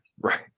Right